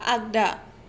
आगदा